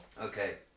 Okay